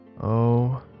Oh